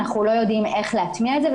אבל אנחנו לא יודעים איך להטמיע את זה.